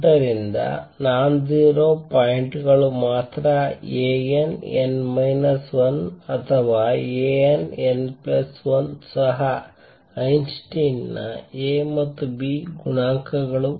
ಆದ್ದರಿಂದ nonzero point ಗಳು ಮಾತ್ರ A n n ಮೈನಸ್ 1 ಅಥವಾ A n n ಪ್ಲಸ್ 1 ಸಹ ಐನ್ಸ್ಟೈನ್ ನ A ಮತ್ತು B ಗುಣಾಂಕಗಳು